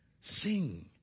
Sing